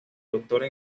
doctora